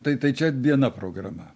tai tai čia viena programa